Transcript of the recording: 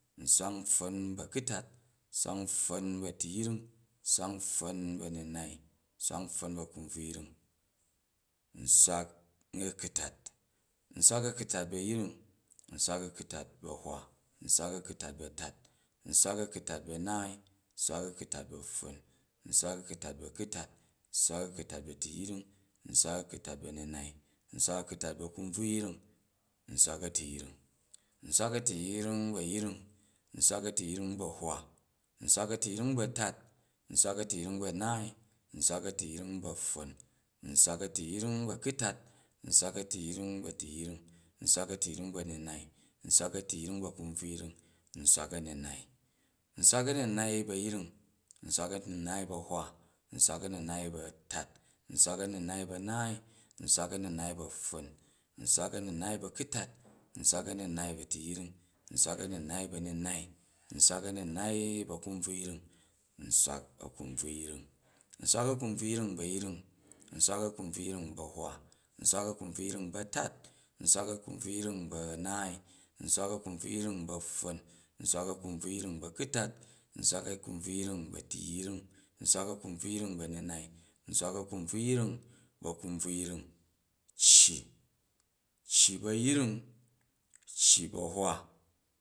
Nswak npffon bu̱ a̱kutat nswak npffon bu̱ a̱tuyrung, nswak npffon bu̱ a̱nanai nswak npffon bu̱ a̱kunbruyring snwak a̱kutat, nswak a̱kutat bu̱ a̱yring nswak a̱kutat bu̱ a̱hwa nswak a̱kutat bu̱ a̱tat nswak a̱kutat bu̱ a̱naai nswak a̱kutat bu̱ apffon, nswak a̱kutat bu̱ a̱kutat nswak a̱kutat bu̱ a̱tuyring, nswak a̱kutat bu̱ a̱nunai nswak a̱kutat bu̱ a̱kunbvuyring nswak a̱tuyring, nswak a̱tuyring bu̱ ayring nswak a̱tuyring bu̱ a̱hwa nswak a̱tuyring bu̱ a̱tat nswak a̱tuyring bu̱ a̱naai, nswak a̱tuyrung ba a̱pffon nswak a̱tuyring bu̱ a̱kutat nswak a̱tuyrung bu̱ a̱tuyring nswak a̱tuyung bu̱ a̱nunai, nswak a̱tuyring bu̱ a̱kunbvuyring nswak a̱nunai nswak a̱nunai bu̱ ayring nswak a̱nunai bu̱ a̱hwa nswak a̱nunai bu̱ a̱tat nswak a̱nunai bu a̱naai nswak a̱nunai bu̱ a̱pffon nswak a̱nunai bu̱ a̱kutat, nswak a̱nunai bu̱ a̱tuyring, nswak a̱nunai bu̱ a̱nunai nswak a̱nunai ba̱ a̱kumbvuyring nswak a̱kunbvuyring, nswak a̱kunbvuyring ba̱ a̱yring nswak a̱kunbvuyring ba̱ ahwa, nswak a̱kunbvuyring ba̱ a̱tat nswak a̱kunbvuyring ba̱ a̱naai, nswak a̱kunbvuyring ba̱ a̱pffon, nswak a̱kunbvuyring ba̱ a̱kutat nswak a̱kunbvuyring ba̱ a̱tuyring nswak a̱kunbvuyring ba̱ a̱nunai, nswak a̱kunbvuyring ba̱ a̱kunbvuyring, cci cci ba̱ ayring, cci bu̱ a̱hwa.